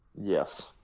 Yes